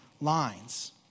lines